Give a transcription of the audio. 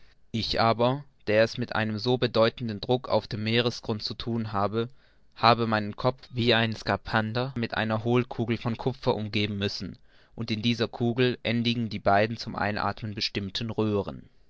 ich aber der es mit einem so bedeutenden druck auf dem meeresgrund zu thun habe habe meinen kopf wie den der skaphander mit einer hohlkugel von kupfer umgeben müssen und in dieser kugel endigen die beiden zum einathmen bestimmten röhren